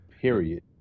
Period